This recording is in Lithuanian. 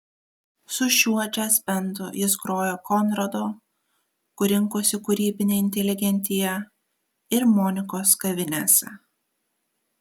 su šiuo džiazbandu jis grojo konrado kur rinkosi kūrybinė inteligentija ir monikos kavinėse